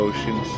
Ocean